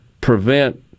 prevent